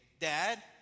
Dad